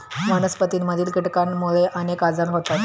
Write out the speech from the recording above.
वनस्पतींमधील कीटकांमुळे अनेक आजार होतात